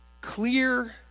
clear